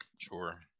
Sure